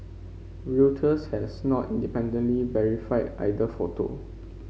Reuters has not independently verified either photo